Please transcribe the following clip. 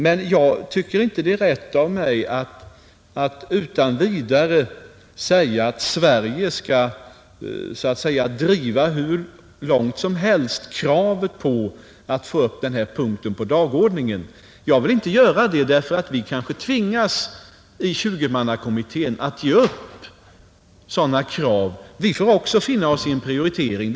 Men jag tycker inte att det vore rätt av mig att utan vidare säga att Sverige hur långt som helst skall driva kravet på att få upp denna punkt på dagordningen, Jag vill inte göra det, ty i förberedelsekommittén kommer vi kanske att tvingas ge upp sådana krav. Vi får också finna oss i en prioritering.